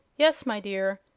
yes, my dear.